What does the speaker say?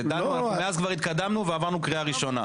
מאז כבר התקדמנו ועברנו קריאה ראשונה.